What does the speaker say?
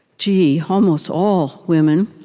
gee, almost all women